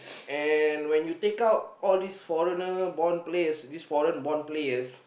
and when you take out all these foreigner born players these foreign born players